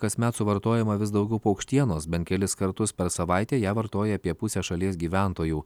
kasmet suvartojama vis daugiau paukštienos bent kelis kartus per savaitę ją vartoja apie pusę šalies gyventojų